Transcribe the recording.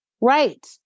Right